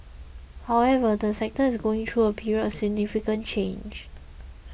however the sector is going through a period of significant change